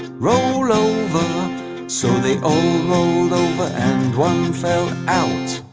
roll over so they all rolled over and one fell out